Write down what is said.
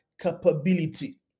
capability